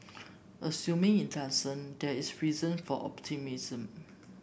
assuming it doesn't there is reason for optimism